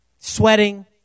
sweating